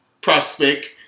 prospect